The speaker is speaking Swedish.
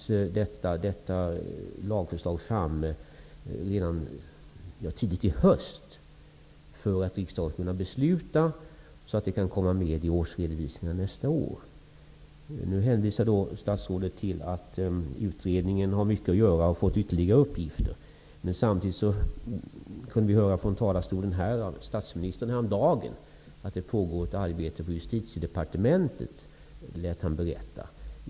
Vi behöver få ett lagförslag tidigt i höst, för att riksdagen skall kunna fatta ett sådant beslut att reglerna kan gälla för årsredovisningarna för nästa år. Statsrådet hänvisar till att utredningen har mycket att göra och har fått ytterligare uppgifter. Men samtidigt kunde vi höra statsministern häromdagen säga i talarstolen att det på Justitiedepartementet pågår ett arbete.